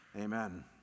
Amen